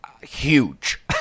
huge